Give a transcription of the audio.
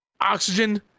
oxygen